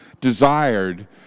desired